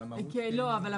אבל המהות --- טוב,